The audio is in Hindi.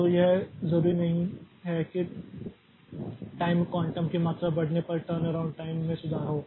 तो यह यह जरूरी नहीं है कि टाइम क्वांटम की मात्रा बढ़ने पर टर्नअराउंड टाइम में सुधार हो